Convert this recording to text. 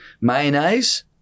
mayonnaise